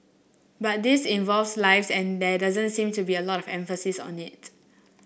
but this involves lives and there doesn't seem to be a lot of emphasis on it